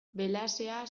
belazea